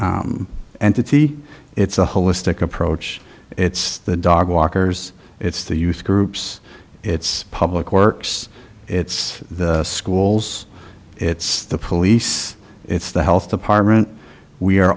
entity it's a holistic approach it's the dog walkers it's the youth groups it's public works it's the schools it's the police it's the health department we